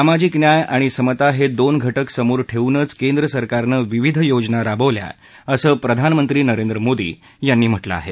सामाजिक न्याय आणि समता हे दोन घटक समोर ठेवूनच केंद्रसरकारनं विविध योजना राबवल्या असं प्रधानमंत्री नरेंद्र मोदी यांनी म्हटलं आहे